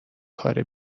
کار